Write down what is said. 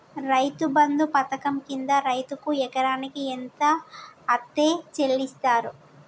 రైతు బంధు పథకం కింద రైతుకు ఎకరాకు ఎంత అత్తే చెల్లిస్తరు?